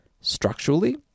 structurally